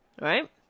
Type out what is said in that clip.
Right